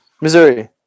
Missouri